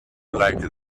like